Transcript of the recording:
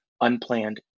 unplanned